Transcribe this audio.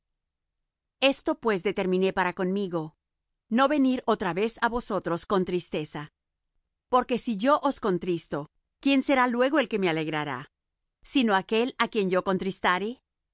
esto pues determiné para conmigo no venir otra vez á vosotros con tristeza porque si yo os contristo quién será luego el que me alegrará sino aquel á quien yo contristare y